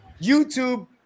YouTube